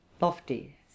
lofty